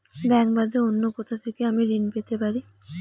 Bank বাদে অন্য কোথা থেকে আমি ঋন পেতে পারি?